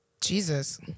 Jesus